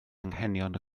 anghenion